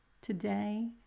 Today